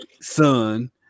son